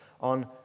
on